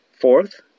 Fourth